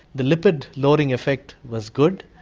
the lipid lowering effect was good.